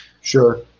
Sure